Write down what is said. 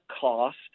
cost